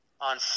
On